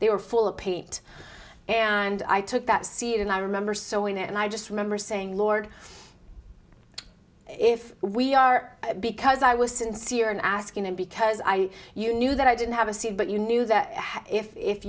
they were full of paint and i took that seat and i remember sewing it and i just remember saying lord if we are because i was sincere in asking and because i you knew that i didn't have a c but you knew that if